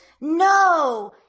no